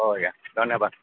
ହଉ ଆଜ୍ଞା ଧନ୍ୟବାଦ